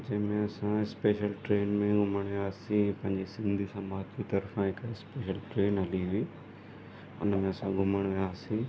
जंहिंमें असां special train में घुमणु वियासीं पंहिंजे सिंधी समाज जी तर्फ़ा हिकु स्पैशल ट्रेन हली हुई हुन में असां घुमण वियासीं